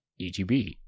EGB